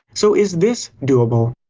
so is this doable?